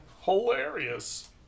Hilarious